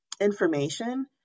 information